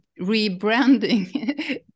rebranding